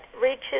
reaches